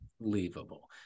Believable